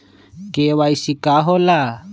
KYC का होला?